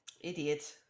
Idiot